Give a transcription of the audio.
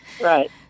Right